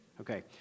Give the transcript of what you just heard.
Okay